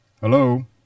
Hello